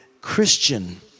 Christian